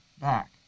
back